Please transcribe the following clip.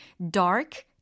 dark